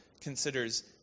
considers